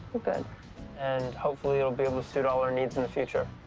and hopefully, it'll be able to suit all our needs in the future.